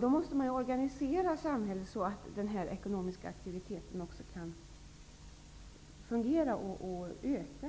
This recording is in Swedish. Då måste man organisera samhället så att den här ekonomiska aktiviteten också kan fungera och öka.